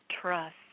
trust